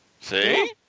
See